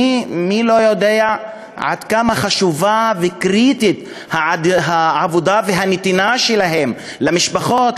מי לא יודע עד כמה חשובה וקריטית העבודה והנתינה שלהן למשפחות,